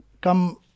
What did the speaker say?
come